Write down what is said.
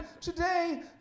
today